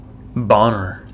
Bonner